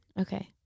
Okay